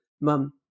mum